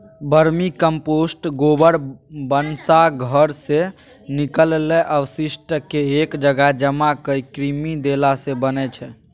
vermicompost गोबर, भनसा घरसँ निकलल अवशिष्टकेँ एक जगह जमा कए कृमि देलासँ बनै छै